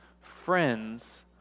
friends